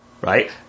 right